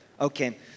Okay